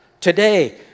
Today